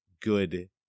good